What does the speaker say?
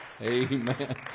Amen